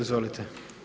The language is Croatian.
Izvolite.